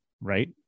right